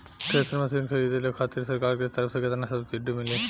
Thresher machine खरीदे खातिर सरकार के तरफ से केतना सब्सीडी मिली?